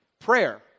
Prayer